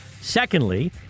Secondly